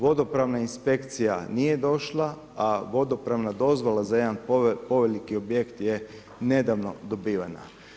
Vodopravna inspekcija nije došla, a vodopravna dozvola, za jedan poveliki objekt je nedavno dobivena.